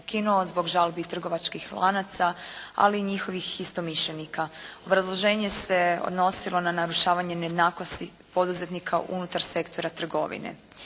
ukinuo zbog žalbi trgovačkih lanaca, ali i njihovih istomišljenika. Obrazloženje se odnosilo na narušavanje nejednakosti poduzetnika unutar sektora trgovine.